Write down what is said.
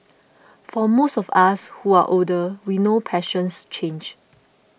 for most of us who are older we know passions change